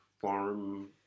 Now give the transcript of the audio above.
farm